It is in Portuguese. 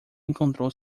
encontrou